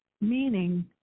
meaning